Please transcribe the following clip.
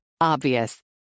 Obvious